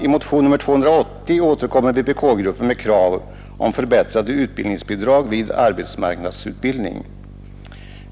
I motion nr 280 återkommer vpk-gruppen med krav om förbättrade utbildningsbidrag vid arbetsmarknadsutbildning.